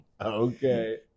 Okay